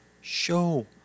show